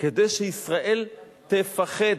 כדי שישראל תפחד.